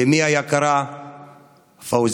לאימי היקרה פאוזיה,